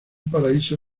paraíso